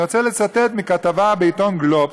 אני רוצה לצטט מכתבה בעיתון גלובס,